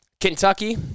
Kentucky